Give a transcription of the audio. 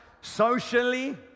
socially